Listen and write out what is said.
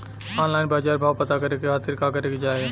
Online बाजार भाव पता करे के खाती का करे के चाही?